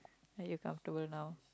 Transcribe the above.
are you comfortable now